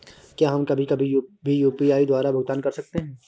क्या हम कभी कभी भी यू.पी.आई द्वारा भुगतान कर सकते हैं?